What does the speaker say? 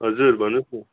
हजुर भन्नुहोस् न